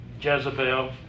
Jezebel